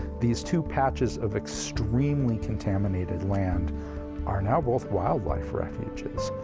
these two patches of extremely contaminated land are now both wildlife refuges.